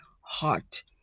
heart